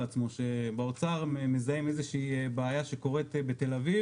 עצמו שבאוצר מזהים איזושהי בעיה שקוראת בתל אביב